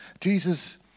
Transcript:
Jesus